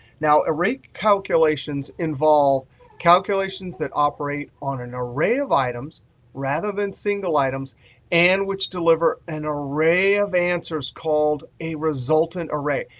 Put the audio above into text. now, array calculations involve calculations that operates on an arrays of items rather than single items and which deliver an array of answers called a resultant array.